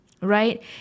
right